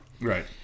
right